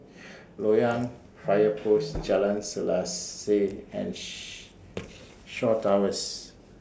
Loyang Fire Post Jalan Selaseh and She Shaw Towers